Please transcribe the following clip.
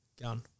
Gun